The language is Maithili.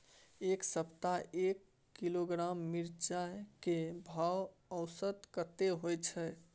ऐ सप्ताह एक किलोग्राम मिर्चाय के भाव औसत कतेक होय छै?